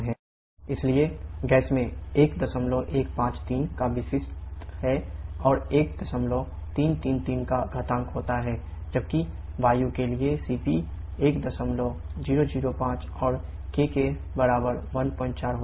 इसलिए गैस में 1153 का विशिष्ट और 1333 का घातांक होता है जबकि वायु के लिए cp 1005 और k के बराबर 14 होता है